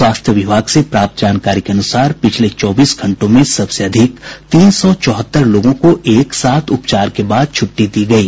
स्वास्थ्य विभाग से प्राप्त जानकारी के अनुसार पिछले चौबीस घंटों में सबसे अधिक तीन सौ चौहत्तर लोगों को एक साथ उपचार के बाद छुट्टी दी गयी